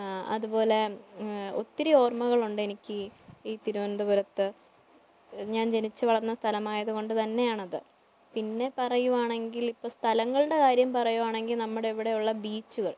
അതുപോലെ ഒത്തിരി ഓർമ്മകളുണ്ട് എനിക്ക് ഈ തിരുവനന്തപുരത്ത് ഞാൻ ജനിച്ചു വളർന്ന സ്ഥലമായതുകൊണ്ട് തന്നെയാണത് പിന്നെ പറയുവാണെങ്കിൽ ഇപ്പം സ്ഥലങ്ങളുടെ കാര്യം പറയുവാണെങ്കിൽ നമ്മുടെ ഇവിടെയുള്ള ബീച്ചുകൾ